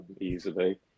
easily